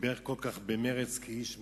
שדיבר כל כך במרץ כאיש מרצ,